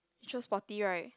you chose sporty [right]